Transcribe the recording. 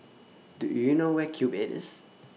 Do YOU know Where Cube eight IS